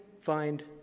find